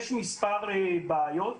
יש מספר בעיות,